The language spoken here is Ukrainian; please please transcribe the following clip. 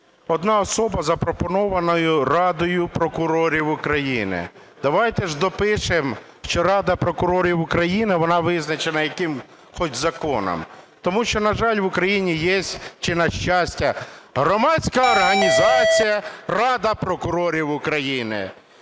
одна особа, запропонована Радою прокурорів України. Давайте ж допишем, що Рада прокурорів України, вона визначена яким хоч законом. Тому що, на жаль, в Україні є, чи на щастя, громадська організація "Рада прокурорів України".